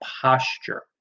posture